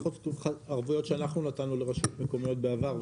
לפחות ערבויות שאנחנו נתנו לרשויות מקומיות בעבר,